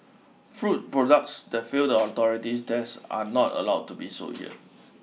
food products that fail the authority's tests are not allowed to be sold here